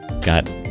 got